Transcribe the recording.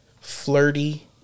flirty